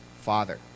father